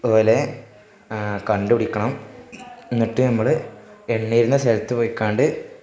ഓലെ കണ്ടുപിടിക്കണം എന്നിട്ട് നമ്മള് എണ്ണിയിരുന്ന സ്ഥലത്ത് പോയിക്കാണ്ട്